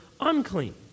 unclean